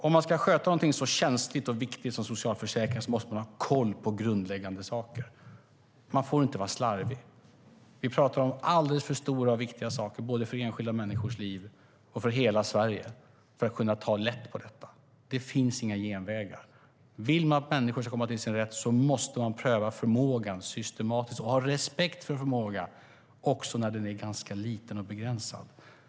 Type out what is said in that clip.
Ska man sköta något så känsligt och viktigt som socialförsäkringen måste man ha koll på grundläggande saker. Man får inte vara slarvig. Vi talar om alldeles för viktiga saker, både i enskilda människors liv och för hela Sverige, för att kunna ta lätt på det. Det finns inga genvägar. Vill man att människor ska komma till sin rätt måste man pröva förmågan systematiskt och ha respekt för förmågan också när den är ganska liten och begränsad.